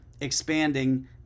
expanding